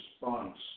response